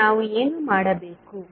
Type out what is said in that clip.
ಈಗ ನಾವು ಏನು ಮಾಡಬೇಕು